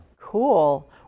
Cool